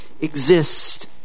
exist